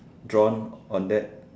drawn on that